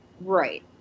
Right